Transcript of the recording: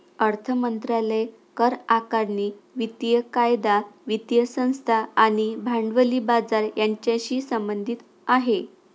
अर्थ मंत्रालय करआकारणी, वित्तीय कायदा, वित्तीय संस्था आणि भांडवली बाजार यांच्याशी संबंधित आहे